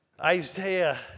Isaiah